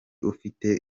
ufite